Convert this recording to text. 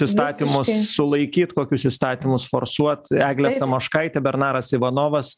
įstatymus sulaikyt kokius įstatymus forsuot eglė samoškaitė bernaras ivanovas